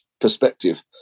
perspective